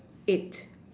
eight